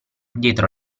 dietro